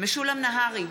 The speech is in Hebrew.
משולם נהרי,